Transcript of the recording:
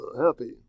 happy